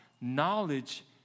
Knowledge